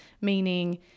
Meaning